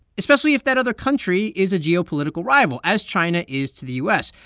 especially if that other country is a geopolitical rival, as china is to the u s.